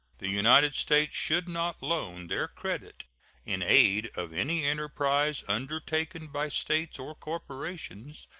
the united states should not loan their credit in aid of any enterprise undertaken by states or corporations,